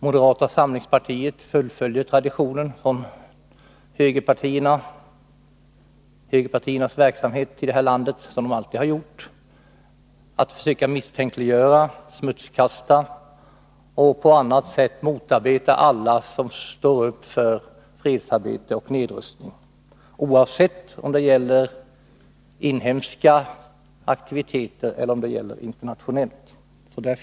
Moderata samlingspartiet fullföljer den tradition som högerpartierna i det här landét alltid har haft, nämligen att försöka misstänkliggöra, smutskasta och på annat sätt motarbeta alla som står upp för fredsarbete och nedrustning, oavsett om det gäller inhemska eller internationella aktiviteter.